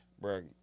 bro